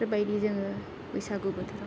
बेबायदि जोङो बैसागु बोथोराव